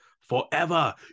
forever